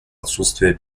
отсутствия